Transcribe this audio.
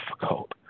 difficult